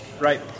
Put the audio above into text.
Right